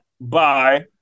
bye